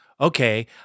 Okay